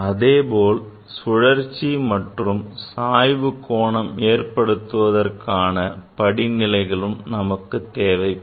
அதேபோல் சுழற்சி மற்றும் சாய்வு கோணம் ஏற்படுத்துவதற்கான படிநிலைகளும் நமக்குத் தேவைப்படும்